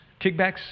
kickbacks